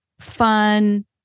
fun